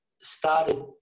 started